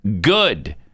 good